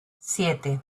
siete